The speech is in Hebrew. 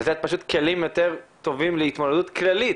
לתת פשוט כלים יותר טובים להתמודדות כללית.